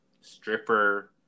stripper